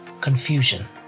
confusion